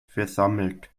versammelt